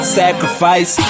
sacrifice